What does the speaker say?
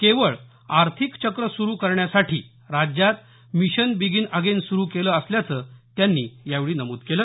केवळ आर्थिक चक्र सुरु करण्यासाठी राज्यात मिशन बिगिन अगेन सुरु केलं असल्याचं त्यांनी यावेळी नमूद केल